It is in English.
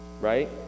right